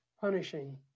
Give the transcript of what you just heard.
punishing